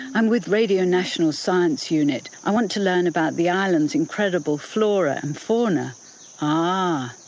i'm with radio national's science unit. i want to learn about the island's incredible flora and fauna' um ah